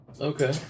Okay